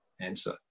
answer